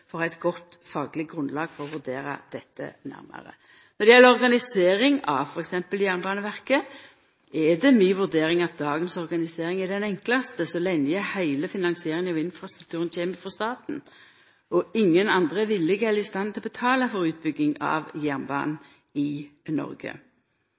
for å ha eit godt fagleg grunnlag for å vurdera dette nærare. Når det gjeld organiseringa av t.d. Jernbaneverket, er det mi vurdering at den organiseringa vi har i dag, er den enklaste så lenge heile finansieringa av infrastrukturen kjem frå staten, og ingen andre er villige eller i stand til å betala for utbygging av jernbanen